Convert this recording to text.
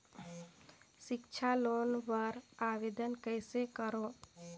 सिक्छा लोन बर आवेदन कइसे करव?